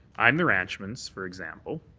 i'm the ranchmans, for example,